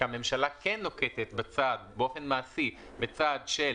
שהממשלה כן נוקטת באופן מעשי בצעד של